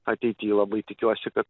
ateity labai tikiuosi kad